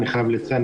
אני חייב לציין.